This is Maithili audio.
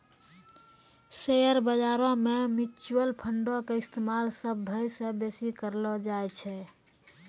शेयर बजारो मे म्यूचुअल फंडो के इस्तेमाल सभ्भे से बेसी करलो जाय छै